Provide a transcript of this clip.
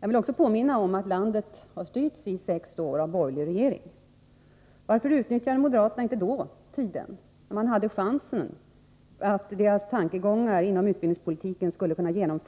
Jag vill också påminna om att landet i sex år styrts av borgerlig regering. Varför utnyttjade moderaterna inte tiden då de hade chansen att få sina tankar beträffande utbildningspolitiken förverkligade?